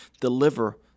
deliver